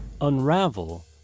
unravel